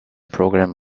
program